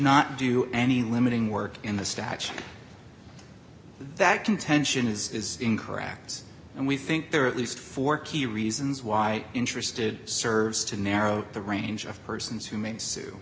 not do any limiting work in the statute that contention is incorrect and we think there are at least four key reasons why interested serves to narrow the range of persons who may sue